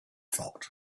thought